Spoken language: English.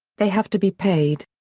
they have to be paid.